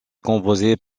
composée